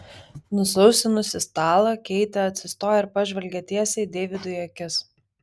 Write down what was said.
nusausinusi stalą keitė atsistojo ir pažvelgė tiesiai deividui į akis